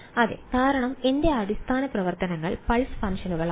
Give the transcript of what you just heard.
അതെ കാരണം എന്റെ അടിസ്ഥാന പ്രവർത്തനങ്ങൾ പൾസ് ഫംഗ്ഷനുകളാണ്